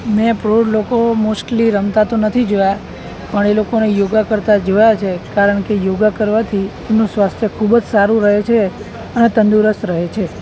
મે પ્રૌઢ લોકો મોસ્ટલી રમતા તો નથી જોયા પણ એ લોકોને યોગા કરતા જોયા છે કારણ કે યોગા કરવાથી એમનું સ્વાસ્થ્ય ખૂબ જ સારું રહે છે અને તંદુરસ્ત રહે છે